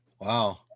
wow